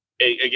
again